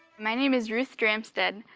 my name is ruth dramstad,